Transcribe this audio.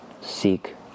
seek